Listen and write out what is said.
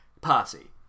party